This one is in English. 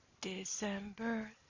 December